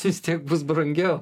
vis tiek bus brangiau